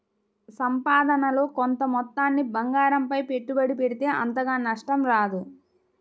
సంపాదనలో కొంత మొత్తాన్ని బంగారంపై పెట్టుబడి పెడితే అంతగా నష్టం రాదు